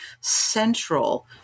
central